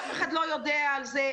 אף אחד לא יודע על זה,